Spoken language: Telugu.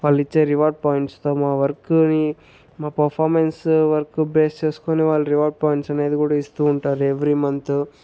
వాళ్ళు ఇచ్చే రివార్డ్ పాయింట్స్తో మా వర్కుని మా పర్ఫామెన్స్ వర్క్ బేస్ చేసుకుని వాళ్ళు రివార్డ్ పాయింట్స్ అనేది కూడా ఇస్తూ ఉంటారు ఎవరీ మంతు